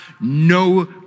no